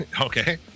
okay